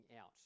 out